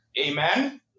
Amen